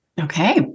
Okay